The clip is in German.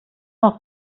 noch